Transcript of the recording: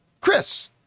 Chris